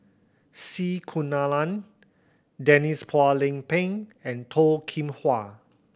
C Kunalan Denise Phua Lay Peng and Toh Kim Hwa